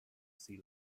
sea